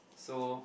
so